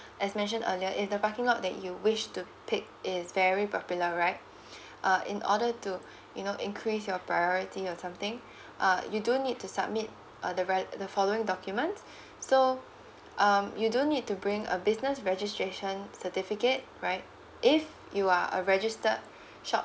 as mentioned earlier if the parking lot that you wish to pick is very popular right uh in order to you know increase your priority or something uh you don't need to submit uh the rele~ the following documents so um you don't need to bring a business registration certificate right if you are a registered shop